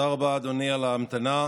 תודה רבה, אדוני, על ההמתנה.